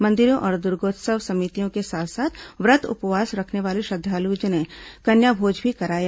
मंदिरों और दुर्गोत्सव समितियों के साथ साथ व्रत उपवास रखने वाले श्रद्वालुओं ने कन्याभोज भी कराया